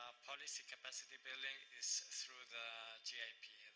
ah policy capacity building is through the gip,